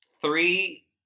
Three